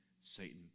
Satan